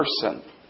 person